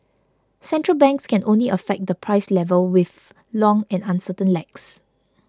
central banks can only affect the price level with long and uncertain lags